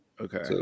Okay